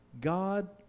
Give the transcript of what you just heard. God